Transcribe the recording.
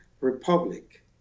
republic